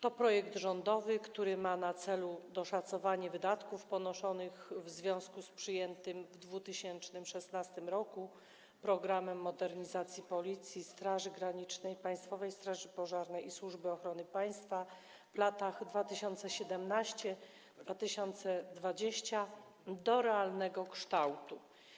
To projekt rządowy, który ma na celu doszacowanie wydatków ponoszonych w związku z przyjętym w 2016 r. „Programem modernizacji Policji, Straży Granicznej, Państwowej Straży Pożarnej i Służby Ochrony Państwa w latach 2017-2020”, chodzi o uzyskanie tu realnego kształtu.